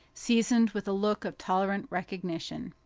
seasoned with a look of tolerant recognition.